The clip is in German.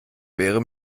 wäre